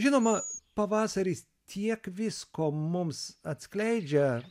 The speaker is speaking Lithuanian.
žinoma pavasaris tiek visko mums atskleidžia